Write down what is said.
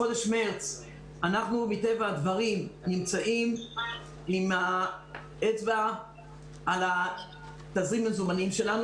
בחודש מרץ אנחנו מטבע הדברים נמצאים עם האצבע על תזרים המזומנים שלנו